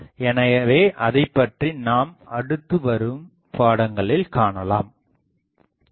எனவே அதைப் பற்றி நாம் அடுத்து வரும் பாடங்களில் காணலாம் நன்றி